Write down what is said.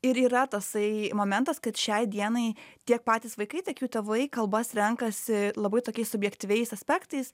ir yra tasai momentas kad šiai dienai tiek patys vaikai tiek jų tėvai kalbas renkasi labai tokiais subjektyviais aspektais